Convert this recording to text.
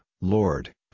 Lord